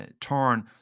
turn